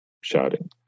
shouting